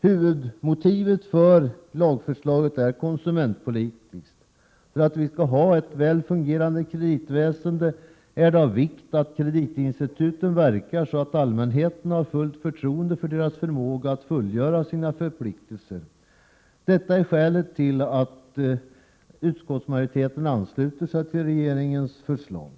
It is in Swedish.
Huvudmotivet för lagförslaget är konsumentpolitiskt. För att vi skall kunna ha ett väl fungerande kreditväsende är det av vikt att kreditinstituten verkar så, att allmänheten har fullt förtroende för deras förmåga att fullgöra sina förpliktelser. Detta är skälet till att utskottsmajoriteten har anslutit sig till regeringens förslag.